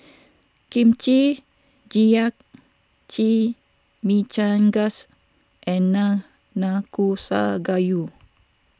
Kimchi Jjigae Chimichangas and Nanakusa Gayu